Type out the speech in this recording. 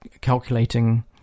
calculating